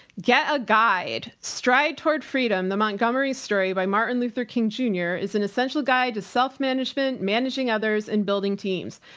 get a guide. stride toward freedom, the montgomery story by martin luther king junior is an essential guide to self management, managing others and building teams.